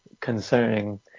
concerning